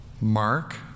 Mark